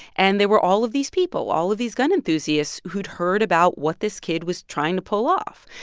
and there were all of these people, all of these gun enthusiasts who'd heard about what this kid was trying to pull off.